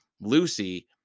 Lucy